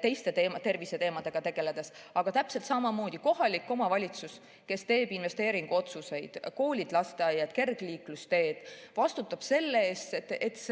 terviseteemadega tegeledes. Täpselt samamoodi kohalik omavalitsus, kes teeb investeeringuotsuseid – koolid, lasteaiad, kergliiklusteed –, vastutab selle eest,